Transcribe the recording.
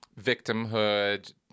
victimhood